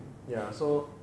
ya so